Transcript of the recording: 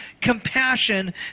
compassion